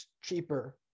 cheaper